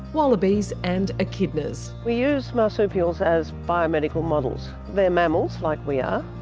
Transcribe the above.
wallabies and echidnas. we use marsupials as biomedical models. they're mammals like we are,